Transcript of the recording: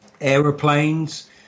aeroplanes